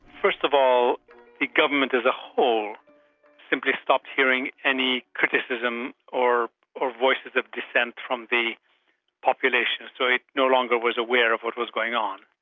first of all the government as a whole simply stopped hearing any criticism or or voices of dissent from the population, so it no longer was aware of what was going on.